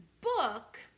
book